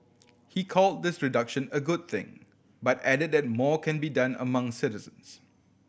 he called this reduction a good thing but added that more can be done among citizens